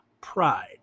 Pride